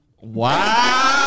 Wow